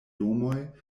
domoj